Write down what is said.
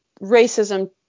racism